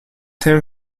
ten